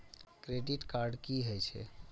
Credit card की हे छे?